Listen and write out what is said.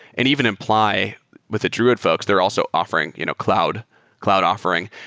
and even imply with the druid folks, they're also offering you know cloud cloud offering.